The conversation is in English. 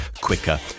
quicker